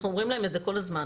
אנחנו אומרים להם את זה כל הזמן.